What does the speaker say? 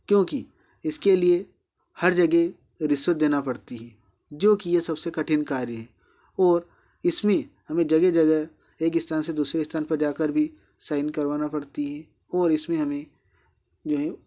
क्योंकि इसके लिए हर जगह रिश्वत देना पड़ती है जो कि यह सबसे कठिन कार्य है और इसमें हमें जगह जगह एक स्थान से दूसरे स्थान पर जाकर भी साइन करवाना पड़ती है और इसमें हमें जो है